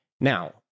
Now